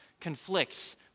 conflicts